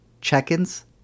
check-ins